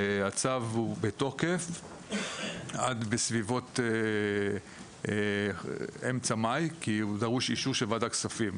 הצו הוא בתוקף עד סביבות אמצע מאי כי דרוש אישור של ועדת כספים.